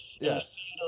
Yes